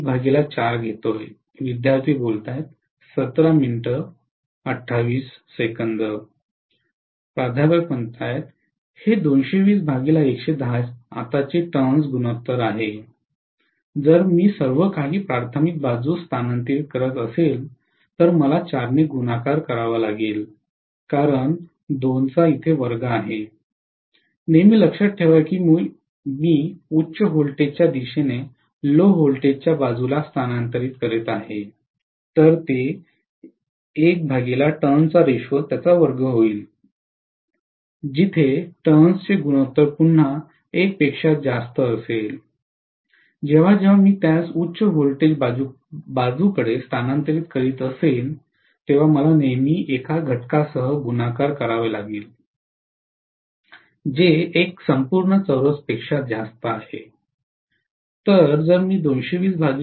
professor हे आताचे turns turn's गुणोत्तर आहे जर मी सर्व काही प्राथमिक बाजूस स्थानांतरित करत असेल तर मला 4 ने गुणाकार करावा लागेल कारण नेहमी लक्षात ठेवा की मी उच्च व्होल्टेजच्या दिशेने लो व्होल्टेज च्या बाजूला स्थानांतरित करत आहे तर ते होईल जिथे टर्न्स turn's गुणोत्तर पुन्हा 1 पेक्षा जास्त असेल जेव्हा जेव्हा मी त्यास उच्च व्होल्टेज बाजूकडे स्थानांतरित करीत असेन तेव्हा मला नेहमी एका घटकासह गुणाकार करावे लागेल जे 1 संपूर्ण चौरसपेक्षा जास्त आहे